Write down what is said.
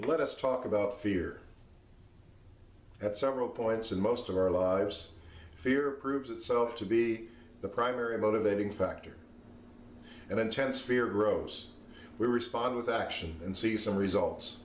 let us talk about fear at several points in most of our lives fear proves itself to be the primary motivating factor and intense fear grows we respond with action and see some results